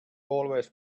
always